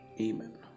Amen